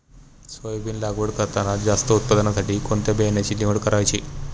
Soybean लागवड करताना जास्त उत्पादनासाठी कोणत्या बियाण्याची निवड करायची?